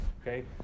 okay